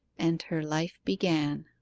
and her life began